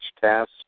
test